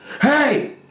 Hey